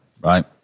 right